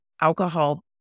alcohol